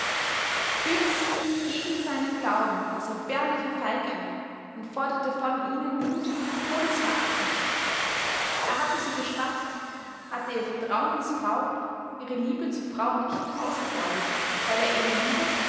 führte sie gegen seinen glauben aus erbärmlicher feigheit und forderte von ihnen mut und todesverachtung er hatte sie beschwatzt hatte ihr vertrauen mißbraucht ihre liebe zu frau und kind ausgebeutet weil er eben lieber